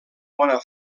bona